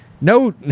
No